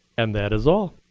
and that is all.